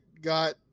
got